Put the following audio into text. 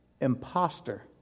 imposter